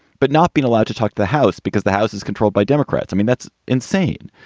but not being allowed to talk the house because the house is controlled by democrats. i mean, that's insane.